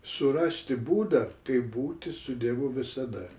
surasti būdą kaip būti su dievu visada